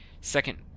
second